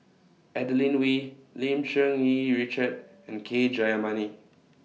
Adeline We Lim Cherng Yih Richard and K Jayamani